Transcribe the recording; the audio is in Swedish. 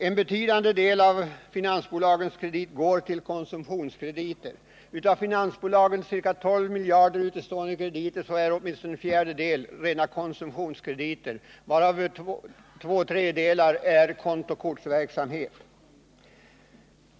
En betydande del av finansbolagens krediter går som sagts till konsumtionskrediter. Av finansbolagens ca 12 miljarder i utestående krediter är åtminstone en fjärdedel rena konsumtionskrediter, varav två tredjedelar är att hänföra till kontokortsverksamheten.